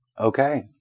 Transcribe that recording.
Okay